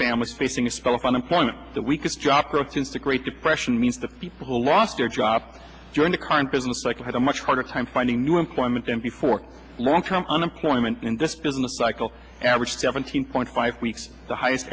families facing a spell of unemployment the weakest job growth since the great depression means the people who lost their jobs during the current business cycle had a much harder time finding new employment than before long term unemployment in this business cycle averaged seventeen point five weeks the highest